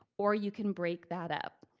or you can break that up.